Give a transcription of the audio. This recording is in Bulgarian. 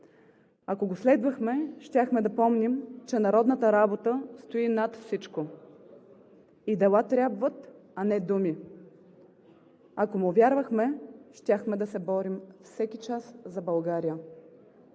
Ако го следвахме, щяхме да помним, че народната работа стои над всичко и дела трябват, а не думи. Ако му вярвахме, щяхме да се борим всеки час за България.